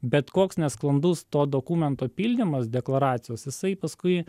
bet koks nesklandus to dokumento pildymas deklaracijos jisai paskui